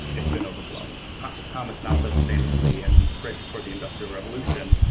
it's been overblown thomas thomas malthus famously and right before the industrial revolution,